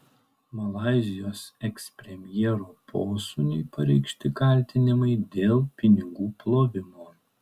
malaizijos ekspremjero posūniui pareikšti kaltinimai dėl pinigų plovimo